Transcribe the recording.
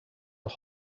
was